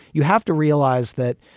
you have to realize that,